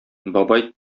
бабай